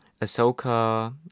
Ahsoka